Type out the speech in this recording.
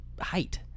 height